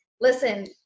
listen